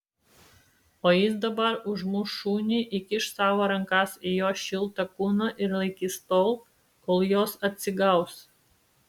o jis dabar užmuš šunį įkiš savo rankas į jo šiltą kūną ir laikys tol kol jos atsigaus